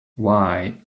why